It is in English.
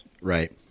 Right